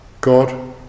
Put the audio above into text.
God